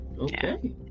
Okay